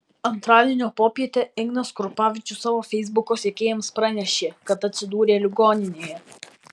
antradienio popietę ignas krupavičius savo feisbuko sekėjams pranešė kad atsidūrė ligoninėje